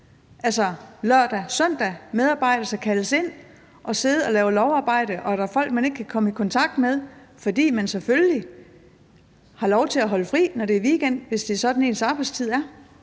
altså lørdag og søndag? Medarbejdere skal kaldes ind og sidde og lave lovarbejde, og der er folk, man ikke kan komme i kontakt med, fordi de selvfølgelig har lov til at holde fri, når det er weekend, hvis det er sådan, ens arbejdstid er.